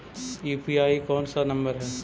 UPI कोन सा number हैं?